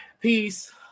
Peace